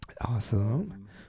Awesome